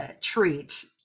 treat